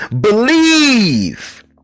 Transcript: believe